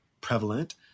prevalent